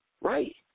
Right